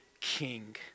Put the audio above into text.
king